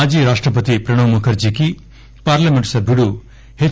మాజీ రాష్షపతి ప్రణబ్ ముఖర్షీకి పార్లమెంట్ సభ్యుడు హెచ్